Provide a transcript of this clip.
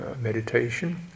meditation